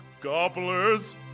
Gobblers